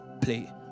play